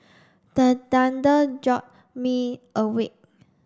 the thunder jolt me awake